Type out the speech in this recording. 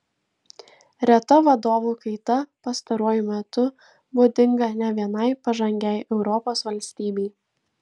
reta vadovų kaita pastaruoju metu būdinga ne vienai pažangiai europos valstybei